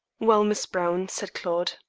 well, miss browne, said claude,